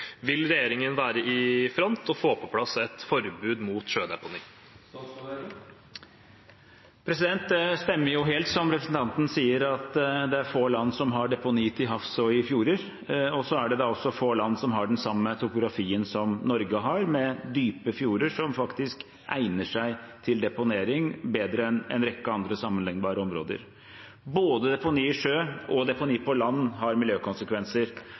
Vil regjeringen være i front og få på plass et forbud mot sjødeponi?» Det stemmer helt, som representanten sier, at det er få land som har deponi til havs og i fjorder. Så er det også få land som har den samme topografien som Norge har, med dype fjorder som faktisk egner seg til deponering, bedre enn en rekke andre sammenlignbare områder. Både deponi i sjø og deponi på land har miljøkonsekvenser,